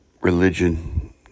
religion